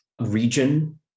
region